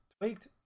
tweaked